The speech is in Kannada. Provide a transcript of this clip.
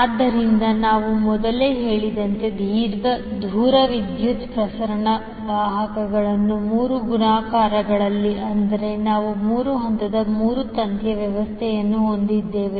ಆದ್ದರಿಂದ ನಾವು ಮೊದಲೇ ಹೇಳಿದಂತೆ ದೀರ್ಘ ದೂರ ವಿದ್ಯುತ್ ಪ್ರಸರಣ ವಾಹಕಗಳನ್ನು ಮೂರು ಗುಣಾಕಾರಗಳಲ್ಲಿ ಅಂದರೆ ನಾವು ಮೂರು ಹಂತದ ಮೂರು ತಂತಿ ವ್ಯವಸ್ಥೆಯನ್ನು ಹೊಂದಿದ್ದೇವೆ